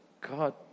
God